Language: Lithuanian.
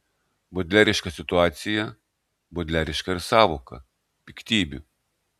bodleriška situacija bodleriška ir sąvoka piktybių